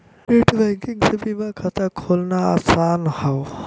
net banking से बीमा खाता खोलना आसान हौ